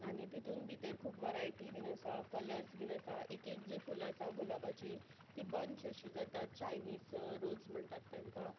आनी तितून भितर खूब वरायटी बीन आसा कलर्स बीन आसा एक एक जी फूल आसा गुलाबाची ती बंच अशी जातात चायनीस रोज म्हणटात तेंका